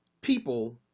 people